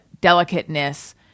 delicateness